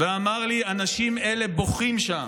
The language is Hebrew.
"ואמר לי: אנשים אלה בוכים שם!